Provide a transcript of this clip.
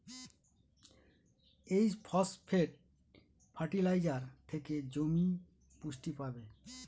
এই phosphate fertiliser থেকে জমি পুষ্টি পাবে